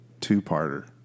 two-parter